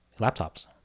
laptops